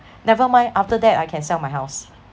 never mind after that I can sell my house